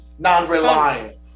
Non-reliant